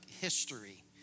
history